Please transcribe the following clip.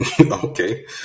Okay